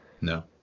No